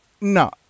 No